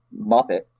muppet